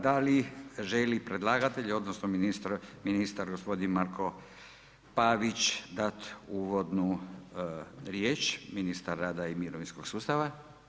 Da li želi predlagatelj, odnosno ministar gospodin Marko Pavić, dat uvodnu riječ, ministar rada i mirovinskog sustava.